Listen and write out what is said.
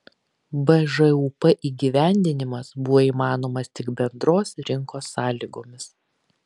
bžūp įgyvendinimas buvo įmanomas tik bendros rinkos sąlygomis